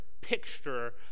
picture